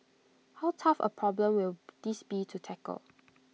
how tough A problem will this be to tackle